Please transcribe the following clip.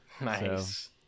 nice